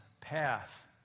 path